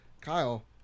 Kyle